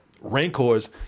rancors